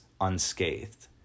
unscathed